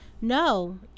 No